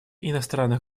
иностранных